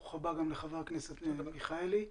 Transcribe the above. ברוך הבא חבר הכנסת מיכאל מיכאלי.